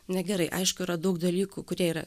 negerai aišku yra daug dalykų kurie yra